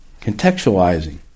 Contextualizing